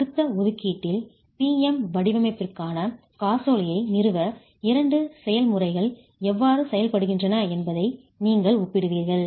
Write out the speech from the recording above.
அடுத்த ஒதுக்கீட்டில் P M வடிவமைப்பிற்கான காசோலையை நிறுவ 2 செயல் முறைகள் எவ்வாறு செயல்படுகின்றன என்பதை நீங்கள் ஒப்பிடுவீர்கள்